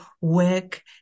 work